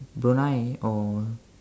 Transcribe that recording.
Brunei or